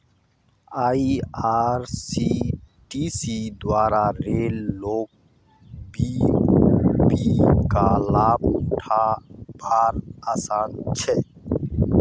IRCTC द्वारा रेल लोक बी.ओ.बी का लाभ उठा वार आसान छे